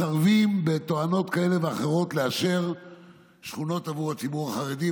מסרבים בתואנות כאלה או אחרות לאשר שכונות עבור הציבור החרדי,